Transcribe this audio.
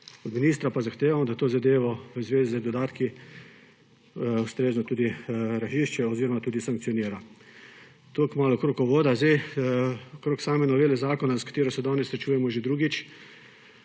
od ministra pa zahtevamo, da to zadevo v zvezi z dodatki ustrezno tudi razišče oziroma tudi sankcionira. Toliko malo, okrog uvoda. Okrog same novele zakona, s katero se danes srečujemo že drugič.